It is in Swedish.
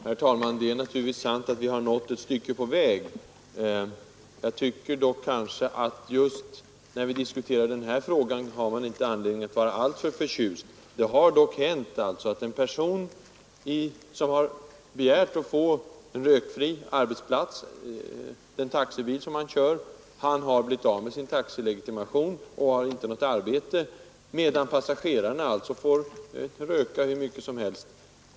Herr talman! Det är naturligtvis sant att vi har nått ett stycke på väg. Jag tycker dock att just när vi diskuterar den här frågan har man inte anledning att vara alltför förtjust. Det har alltså hänt att en person som har begärt att få en rökfri arbetsplats — den taxibil som han kör — har blivit av med sin taxilegitimation och inte har något arbete. Passagerarna får röka hur mycket som helst.